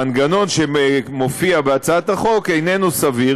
המנגנון שמופיע בהצעת החוק אינו סביר,